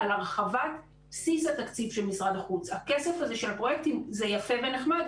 ומערכת מרגישה שהסמכויות נלקחות